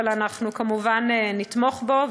אבל אנחנו כמובן נתמוך בו,